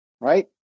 right